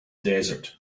desert